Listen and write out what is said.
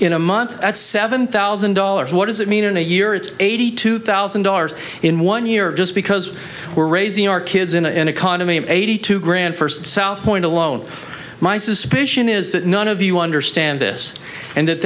in a month at seven thousand dollars what does it mean in a year it's eighty two thousand dollars in one year just because we're raising our kids in an economy of eighty two grand first southpoint alone my suspicion is that none of you understand this and that